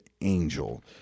Angel